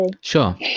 sure